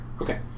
Okay